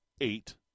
eight